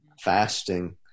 fasting